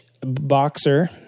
boxer